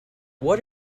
what